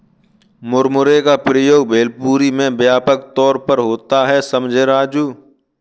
मुरमुरे का प्रयोग भेलपुरी में व्यापक तौर पर होता है समझे राजू